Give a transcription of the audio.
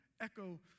echo